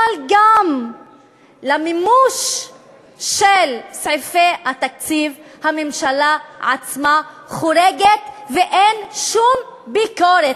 אבל גם במימוש של סעיפי התקציב הממשלה עצמה חורגת ואין שום ביקורת.